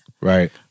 Right